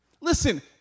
Listen